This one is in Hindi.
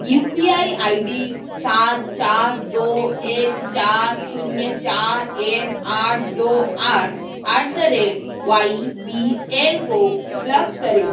you P I I D सात चार दो एक चार शून्य चार एक आठ दो आठ at the rate Y B L को ब्लॉक करें